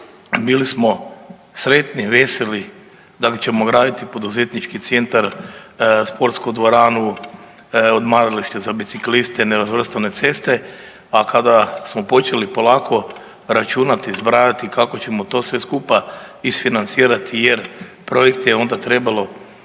bili smo sretni, veseli da li ćemo graditi poduzetnički centar, sportsku dvoranu, odmaralište za bicikliste, nerazvrstane ceste, a kada smo počeli polako računati, zbrajati kako ćemo to sve skupa isfinancirati jer projekt je onda trebalo